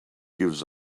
gives